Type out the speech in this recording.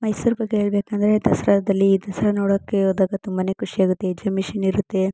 ಮೈಸೂರು ಬಗ್ಗೆ ಹೇಳ್ಬೇಕಂದ್ರೆ ದಸರಾದಲ್ಲಿ ದಸರಾ ನೋಡೋಕ್ಕೆ ಹೋದಾಗ ತುಂಬನೇ ಖುಷಿಯಾಗುತ್ತೆ ಎಕ್ಸಿಮಿಷನ್ ಇರುತ್ತೆ